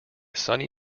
sunny